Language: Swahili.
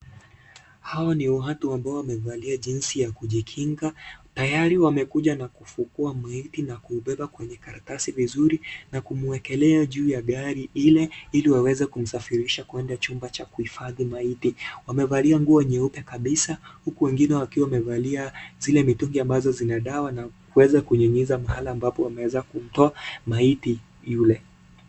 Hawa ni watu ambao wamevalia jinsi ya kujikinga. Tayari wamekuja na kufukua maiti na kuubeba kwenye karatasi vizuri na kumwelkelea juu ya gari ile ili waweze kumsafirisha kuenda chumba cha kuhifadhi maiti. Wamevalia nguo nyeupe kabisa huku wengine wakiwa wamevalia zile mitungi ambazo zina dawa na kuweza kunyunyiza mahali ambapo wameweza kumtoa maiti yule.